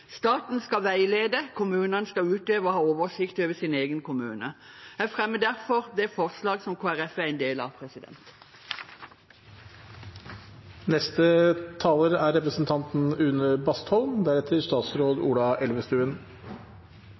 Staten skal veilede; kommunene skal utøve og ha oversikt over sin egen kommune. Jeg anbefaler derfor